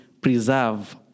preserve